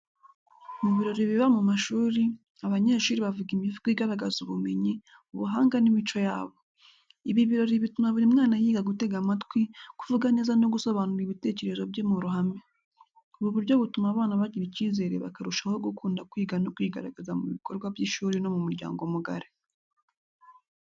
Mu birori biba mu mashuri, abanyeshuri bavuga imivugo igaragaza ubumenyi, ubuhanga n’imico yabo. Ibi birori bituma buri mwana yiga gutega amatwi, kuvuga neza no gusobanura ibitekerezo bye mu ruhame. Ubu buryo butuma abana bagira icyizere bakarushaho gukunda kwiga no kwigaragaza mu bikorwa by’ishuri no mu muryango mugari.